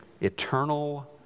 Eternal